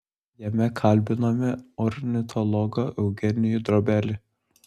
jame kalbiname ornitologą eugenijų drobelį